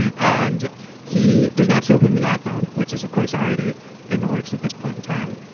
and he does not show him the iphone, which is of course already in the works at this point in time,